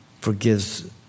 forgives